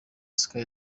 sky